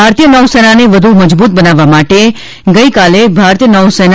ભારતીય નૌસેનાને વધુ મજબુત બનાવવા માટે ગઈકાલે ભારતીય નૌસેના